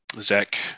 Zach